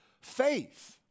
faith